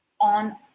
on